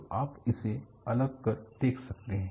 तो आप इसे अलग कर देख सकते हैं